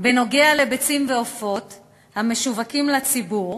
"בנוגע לביצים ועופות המשווקים לציבור